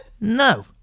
No